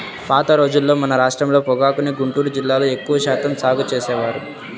పాత రోజుల్లో మన రాష్ట్రంలో పొగాకుని గుంటూరు జిల్లాలో ఎక్కువ శాతం సాగు చేసేవారు